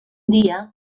dia